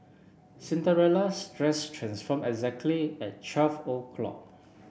Cinderella's dress transformed exactly at twelve o'clock